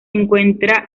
encuentra